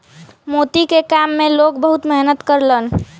मोती के काम में लोग बहुत मेहनत करलन